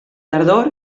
tardor